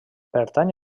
pertany